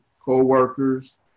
coworkers